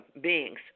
beings